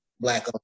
black